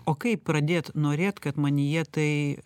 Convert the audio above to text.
o kaip pradėt norėt kad manyje tai